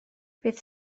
bydd